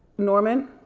norman.